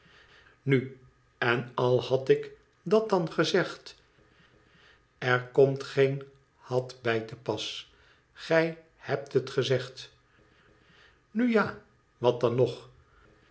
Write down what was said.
nu en al had ik dat dan gezegd ir komt geen had bij te pas gij hebt het gezegd nu ja wat dan nog